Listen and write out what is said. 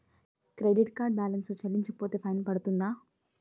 Credit card balance చెల్లించకపోతే fine పడ్తుంద?